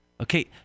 Okay